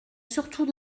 surtout